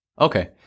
Okay